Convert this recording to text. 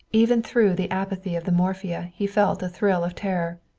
even through the apathy of the morphia he felt a thrill of terror.